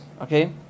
Okay